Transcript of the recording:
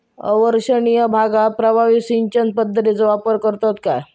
अवर्षणिय भागात प्रभावी सिंचन पद्धतीचो वापर करतत काय?